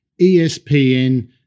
ESPN